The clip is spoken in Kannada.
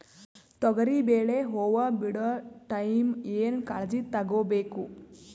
ತೊಗರಿಬೇಳೆ ಹೊವ ಬಿಡ ಟೈಮ್ ಏನ ಕಾಳಜಿ ತಗೋಬೇಕು?